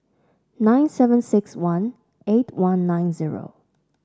nine seven six one eight one nine zero